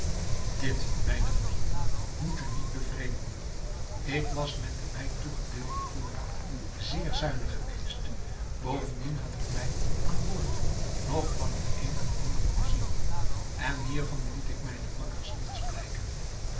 dit mijne vrienden moet u niet bevreemden ik was met den mij toegedeelden voorraad zeer zuinig geweest bovendien had ik mij aan boord nog van het een en ander voorzien en hiervan liet ik mijnen makkers niets blijken